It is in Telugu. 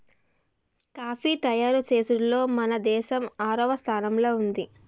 కాఫీ తయారు చేసుడులో మన దేసం ఆరవ స్థానంలో ఉంది